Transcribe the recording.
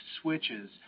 switches